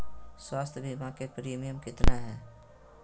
स्वास्थ बीमा के प्रिमियम कितना है?